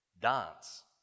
dance